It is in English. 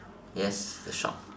yes the shop